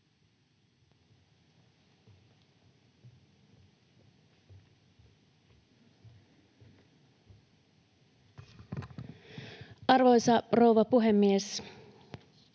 Arvoisa rouva puhemies!